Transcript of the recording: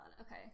okay